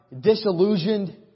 disillusioned